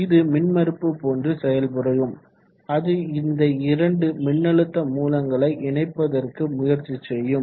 இது மின்மறுப்பு போன்று செயல் புரியும் அது இந்த இரண்டு மின்னழுத்த மூலங்களை இணைப்பதற்கு முயற்சி செய்யும்